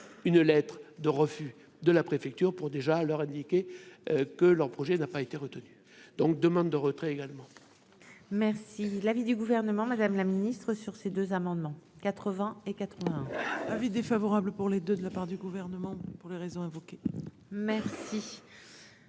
une lettre de refus de la préfecture pour déjà leur indiquer que leur projet n'a pas été retenu donc demande de retrait également. Merci l'avis du gouvernement, Madame la Ministre, sur ces deux amendements 80 et 81 avis défavorable pour les de de la part du gouvernement pour les raisons évoquées merci